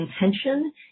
intention